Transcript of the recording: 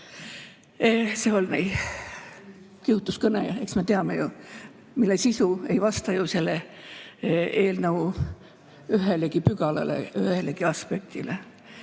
See oli kihutuskõne, eks me teame ju, mille sisu ei vasta ju selle eelnõu ühelegi pügalale, ühelegi aspektile.